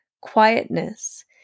Quietness